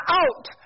out